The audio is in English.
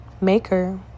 Maker